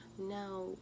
Now